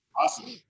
Awesome